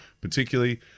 particularly